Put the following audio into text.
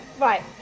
Right